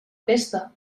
pesta